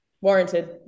Warranted